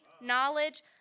knowledge